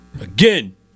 Again